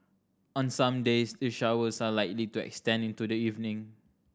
on some days the showers are likely to extend into the evening